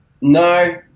no